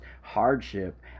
hardship